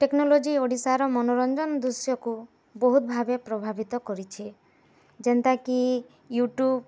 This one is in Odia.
ଟେକ୍ନୋଲୋଜି ଓଡ଼ିଶାର ମନୋରଞ୍ଜନ୍ ଦୃଶ୍ୟକୁ ବହୁତୁ ଭାବେ ପ୍ରଭାବିତ କରିଛି ଯେନ୍ତା କି ୟୁଟ୍ୟୁବ୍